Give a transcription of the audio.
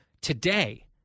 today